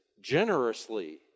generously